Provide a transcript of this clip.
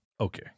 Okay